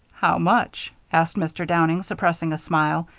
how much? asked mr. downing, suppressing a smile,